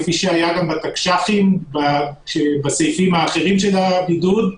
כפי שהיה גם בתקש"חים בסעיפים האחרים של הבידוד,